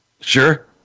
Sure